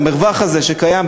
המרווח הזה שקיים,